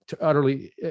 utterly